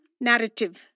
narrative